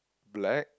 black